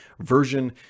version